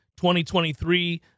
2023